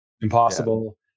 impossible